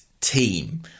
team